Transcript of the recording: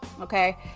Okay